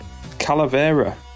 Calavera